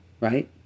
right